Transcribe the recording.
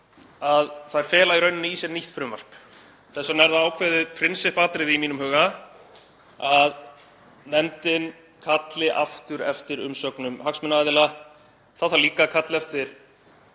að þær fela í raun í sér nýtt frumvarp. Þess vegna er það ákveðið prinsippatriði í mínum huga að nefndin kalli aftur eftir umsögnum hagsmunaaðila. Þá þarf líka að kalla eftir